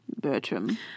Bertram